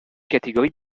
catégorie